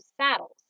saddles